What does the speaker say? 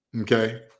okay